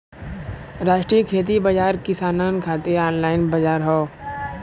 राष्ट्रीय खेती बाजार किसानन खातिर ऑनलाइन बजार हौ